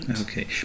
Okay